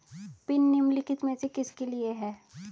Pin निम्नलिखित में से किसके लिए है?